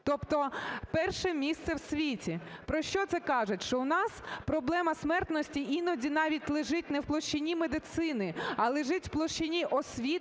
Тобто перше місце в світі. Про що це каже? Що в нас проблема смертності іноді, навіть, лежить не в площині медицини, а лежить в площині освіти